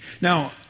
Now